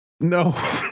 No